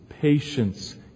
patience